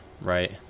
Right